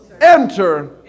enter